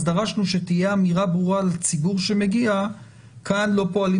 דרשנו שתהיה אמירה ברורה לציבור שמגיע שכאן לא פועלים